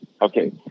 Okay